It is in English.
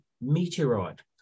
meteorite